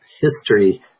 History